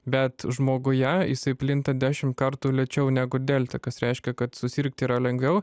bet žmoguje jisai plinta dešim kartų lėčiau negu delta kas reiškia kad susirgti yra lengviau